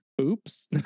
Oops